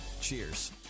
Cheers